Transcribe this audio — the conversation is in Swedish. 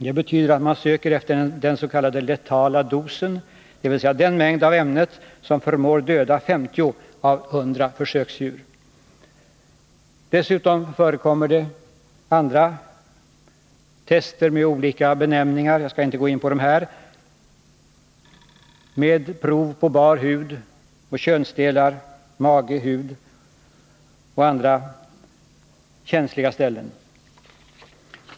Det betyder att man söker efter den s.k. letala dosen, dvs. den mängd av ämnet som förmår döda 50 av 100 försöksdjur. Dessutom förekommer andra tester med olika benämningar — jag skall inte gå in på dem här — med prov på bar hud, könsdelar, mage och andra känsliga ställen.